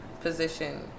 position